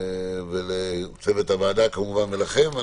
לצוות הוועדה כמובן ולכם.